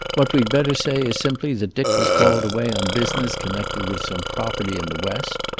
what we'd better say is simply that dick was called away on business connected with some property in the west.